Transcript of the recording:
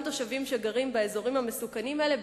תושבים שגרים באזורים המסוכנים האלה,